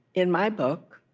in my book,